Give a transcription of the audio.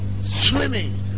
swimming